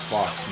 Fox